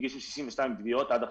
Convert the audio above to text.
הגישו 62 תביעות עד עכשיו.